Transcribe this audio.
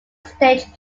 staged